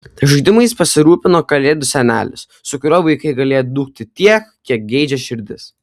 žaidimais pasirūpino kalėdų senelis su kuriuo vaikai galėjo dūkti tiek kiek geidžia širdis